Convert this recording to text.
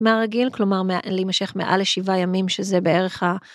מהרגיל, כלומר להימשך מעל ל-7 ימים שזה בערך ה...